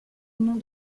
nom